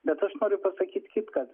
bet aš noriu pasakyt kitką